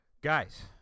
guys